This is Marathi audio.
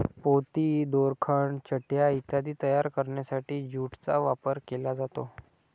पोती, दोरखंड, चटया इत्यादी तयार करण्यासाठी ज्यूटचा वापर केला जातो